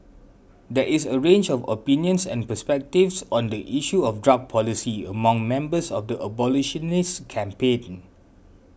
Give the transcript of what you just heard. there is a range of opinions and perspectives on the issue of drug policy among members of the abolitionist campaign